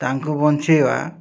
ତାଙ୍କୁ ବଞ୍ଚାଇବା